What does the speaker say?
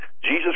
Jesus